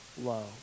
low